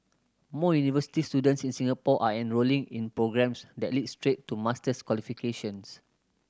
more university students in Singapore are enrolling in programmes that lead straight to master's qualifications